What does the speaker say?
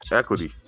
equity